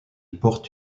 porte